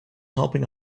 helping